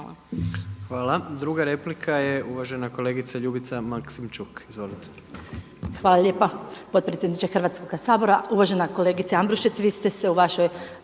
Hvala. Druga replika je uvažena kolegica Ljubica Maksimčuk. Izvolite. **Maksimčuk, Ljubica (HDZ)** Hvala lijepa potpredsjedniče Hrvatskoga sabora. Uvažena kolegice Ambrušec vi ste se u vašoj